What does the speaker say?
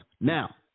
Now